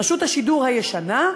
רשות השידור הישנה,